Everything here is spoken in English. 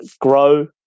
grow